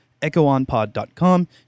echoonpod.com